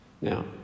Now